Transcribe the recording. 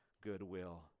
goodwill